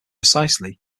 precisely